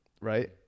right